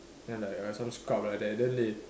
then I'm like err some scrub like that then they